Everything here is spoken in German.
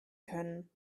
können